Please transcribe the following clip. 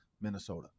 Minnesota